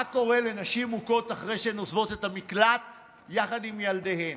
מה קורה לנשים מוכות אחרי שהן עוזבות את המקלט יחד עם ילדיהן?